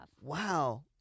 Wow